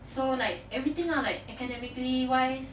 so like everything lah like academically wise